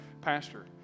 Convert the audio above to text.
pastor